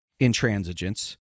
intransigence